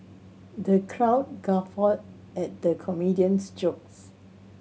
the crowd guffawed at the comedian's jokes